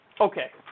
Okay